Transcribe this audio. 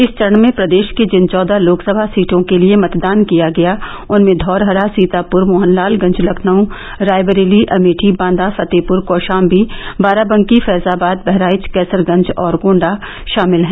इस चरण में प्रदेष की जिन चौदह लोकसभा सीटों के लिये मतदान किया गया उनमें धौरहरा सीतापुर मोहनलालगंज लखनऊ रायबरेली अमेठी बांदा फतेहपुर कौषाम्बी बाराबंकी फैजाबाद बहराइच कैसरगंज और गोण्डा षामिल हैं